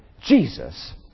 Jesus